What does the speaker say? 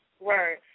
Right